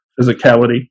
Physicality